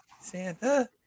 Santa